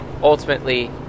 ultimately